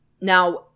Now